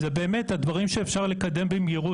זה באמת הדברים שאפשר לקדם במהירות,